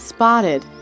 Spotted